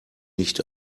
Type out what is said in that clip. nicht